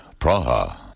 Praha